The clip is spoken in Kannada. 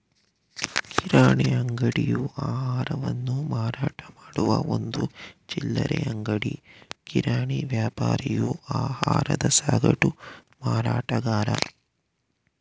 ಕಿರಾಣಿ ಅಂಗಡಿಯು ಆಹಾರವನ್ನು ಮಾರಾಟಮಾಡುವ ಒಂದು ಚಿಲ್ಲರೆ ಅಂಗಡಿ ಕಿರಾಣಿ ವ್ಯಾಪಾರಿಯು ಆಹಾರದ ಸಗಟು ಮಾರಾಟಗಾರ